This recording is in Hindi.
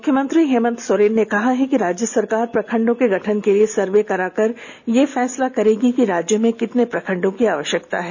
मुख्यमंत्री हेमंत सोरेन ने कहा है कि राज्य सरकार प्रखंडों के गठन के लिये सर्वे कराकर यह फैसला करेगी कि राज्य में कितने प्रखंडों की आवश्यकता है